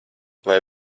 lai